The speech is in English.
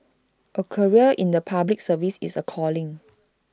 A career in the Public Service is A calling